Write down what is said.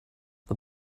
the